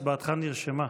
הצבעתך נרשמה,